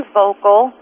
vocal